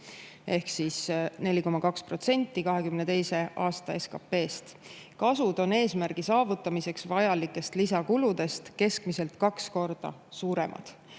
ehk 4,2% 2022. aasta SKT-st. Kasud on eesmärgi saavutamiseks vajalikest lisakuludest keskmiselt kaks korda suuremad.